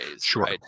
Sure